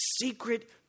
secret